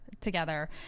together